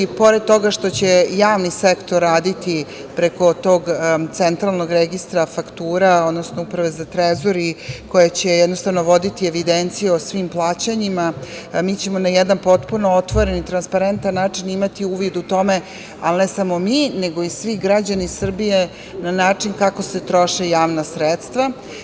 Pored toga što će javni sektor raditi preko tog Centralnog registra faktura, odnosno Uprave za trezor i koje će jednostavno voditi evidenciju o svim plaćanjima, mi ćemo na jedan potpuno otvoren i transparentan način imati uvid u tome, ali ne samo mi, nego i svi građani Srbije na način kako se troše javna sredstva.